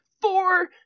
Four